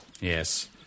Yes